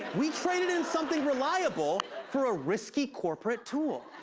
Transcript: we traded in something reliable for a risky corporate tool.